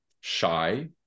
shy